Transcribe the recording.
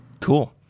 Cool